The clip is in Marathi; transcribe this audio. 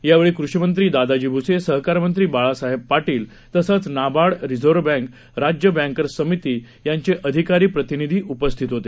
यावेळी कृषीमंत्री दादाजी भुसे सहकार मंत्री बाळासाहेब पाटील तसंच नाबार्ड रिझर्व्ह बँक राज्य बँकर्स समिती यांचे अधिकारी प्रतिनीधी उपस्थित होते